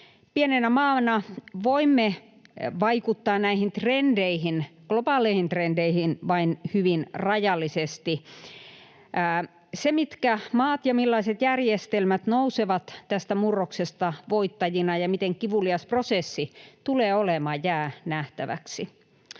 Pienenä maana voimme vaikuttaa näihin trendeihin, globaaleihin trendeihin, vain hyvin rajallisesti. Se, mitkä maat ja millaiset järjestelmät nousevat tästä murroksesta voittajina ja miten kivulias prosessi tulee olemaan, jää nähtäväksi,